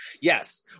Yes